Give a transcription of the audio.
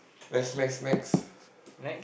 next next next